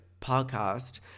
podcast